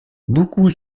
beaucoup